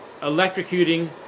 electrocuting –